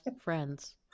friends